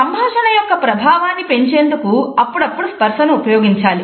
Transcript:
సంభాషణ యొక్క ప్రభావాన్ని పెంచేందుకు అప్పుడప్పుడు స్పర్సను ఉపయోగించాలి